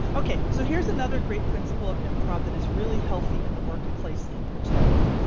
ok, so here's another great principle of improv that is really healthy in the workplace. in particular,